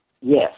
Yes